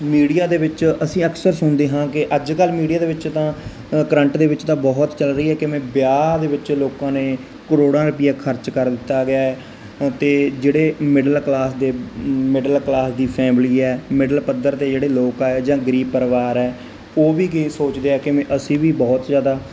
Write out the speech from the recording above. media ਦੇ ਵਿੱਚ ਅਸੀਂ ਅਕਸਰ ਸੁਣਦੇ ਹਾਂ ਕਿ ਅੱਜ ਕੱਲ ਮੀਡੀਆ ਦੇ ਵਿੱਚ ਤਾਂ ਕਰੰਟ ਦੇ ਵਿੱਚ ਤਾਂ ਬਹੁਤ ਚੱਲ ਰਹੀ ਐ ਕਿਵੇਂ ਵਿਆਹ ਦੇ ਵਿੱਚ ਲੋਕਾਂ ਨੇ ਕਰੋੜਾਂ ਰੁਪਈਆ ਖਰਚ ਕਰ ਦਿੱਤਾ ਗਿਆ ਤੇ ਅਤੇ ਜਿਹੜੇ ਮਿਡਲ ਕਲਾਸ ਦੇ ਮਿਡਲ ਕਲਾਸ ਦੀ ਫੈਮਿਲੀ ਐ ਮਿਡਲ ਪੱਧਰ ਤੇ ਜਿਹੜੇ ਲੋਕ ਆਏ ਜਾਂ ਗਰੀਬ ਪਰਿਵਾਰ ਐ ਉਹ ਵੀ ਕਈ ਸੋਚਦੇ ਆ ਕਿਵੇ ਅਸੀਂ ਵੀ ਬਹੁਤ ਜਿਆਦਾ